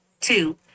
Two